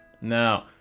now